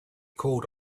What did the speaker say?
called